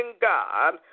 God